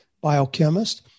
biochemist